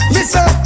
Listen